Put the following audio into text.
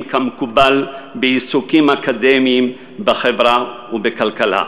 כמקובל בעיסוקים אקדמיים בחברה ובכלכלה.